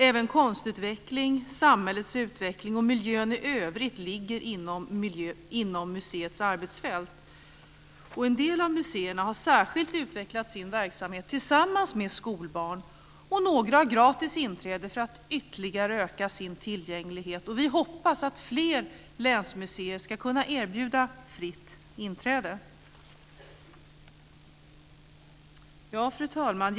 Även konstutveckling, samhällets utveckling och miljön i övrigt ligger inom museets arbetsfält. En del av museerna har särskilt utvecklat sin verksamhet tillsammans med skolbarn. Och några har gratis inträde för att ytterligare öka sin tillgänglighet. Vi hoppas att fler länsmuseer ska kunna erbjuda fritt inträde. Fru talman!